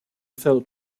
failed